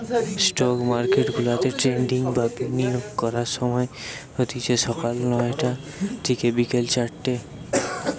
stock মার্কেটগুলাতে trading বা বিনিয়োগ করার সময় হতিছে সকাল নয়টা থিকে বিকেল চারটে